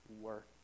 work